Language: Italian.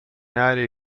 aree